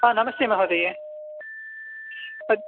ह नमस्ते महोदये तत्